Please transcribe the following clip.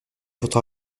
votre